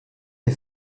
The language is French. est